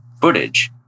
footage